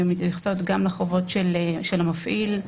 שמתייחסות גם לחובות של המפעיל,